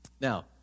Now